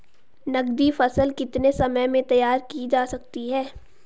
नगदी फसल कितने समय में तैयार की जा सकती है?